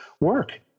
work